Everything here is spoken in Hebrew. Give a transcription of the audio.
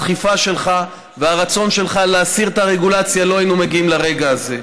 הדחיפה שלך והרצון שלך להסיר את הרגולציה לא היינו מגיעים לרגע הזה,